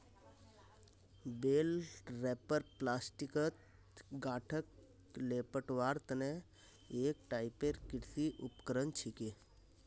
बेल wrapper प्लास्टिकत गांठक लेपटवार तने एक टाइपेर कृषि उपकरण छिके